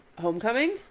Homecoming